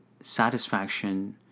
satisfaction